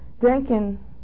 drinking